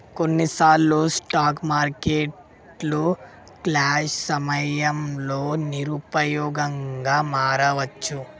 కొన్నిసార్లు స్టాక్ మార్కెట్లు క్రాష్ సమయంలో నిరుపయోగంగా మారవచ్చు